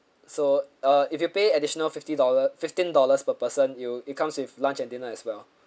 so uh if you pay additional fifty dollar fifteen dollars per person you'll it comes with lunch and dinner as well